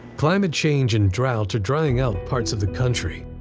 climate change and drought are drying out parts of the country.